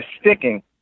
sticking